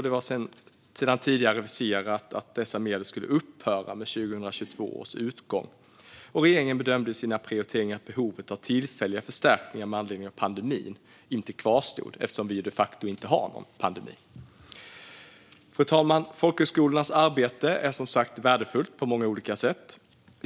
Det var sedan tidigare aviserat att dessa medel skulle upphöra med 2022 års utgång, och regeringen bedömde i sina prioriteringar att behovet av tillfälliga förstärkningar med anledning av pandemin inte kvarstod eftersom vi de facto inte har någon pandemi. Fru talman! Folkhögskolornas arbete är som sagt värdefullt på många olika sätt.